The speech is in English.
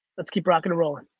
let's keep rocking and rolling.